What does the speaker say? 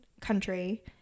country